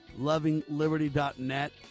lovingliberty.net